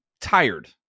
tired